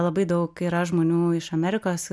labai daug yra žmonių iš amerikos